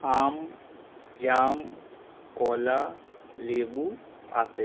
আম জাম কলা লেবু আপেল